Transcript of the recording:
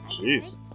Jeez